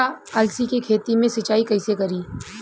अलसी के खेती मे सिचाई कइसे करी?